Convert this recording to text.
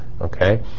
okay